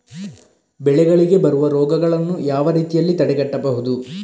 ಬೆಳೆಗಳಿಗೆ ಬರುವ ರೋಗಗಳನ್ನು ಯಾವ ರೀತಿಯಲ್ಲಿ ತಡೆಗಟ್ಟಬಹುದು?